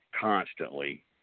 constantly